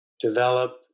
develop